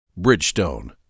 Bridgestone